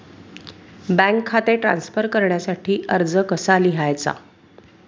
Bank खाते transfer करण्यासाठी अर्ज कसा लिहायचा?